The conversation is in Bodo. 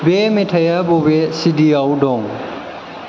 बे मेथाया बबे सिडिआव दं